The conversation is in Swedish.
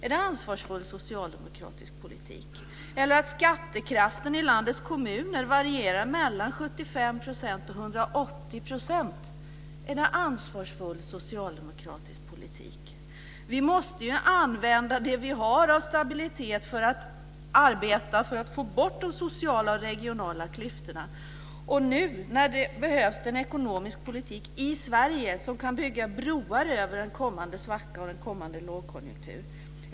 Är det ansvarsfull socialdemokratisk politik? 75 % och 180 %. Är det ansvarsfull socialdemokratisk politik? Vi måste använda det som vi har av stabilitet för att se till att få bort de sociala och regionala klyftorna, nu när det i Sverige behövs en ekonomisk politik som kan bygga broar över en kommande svacka och lågkonjunktur.